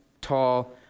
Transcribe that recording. tall